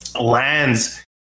lands